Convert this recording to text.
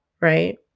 right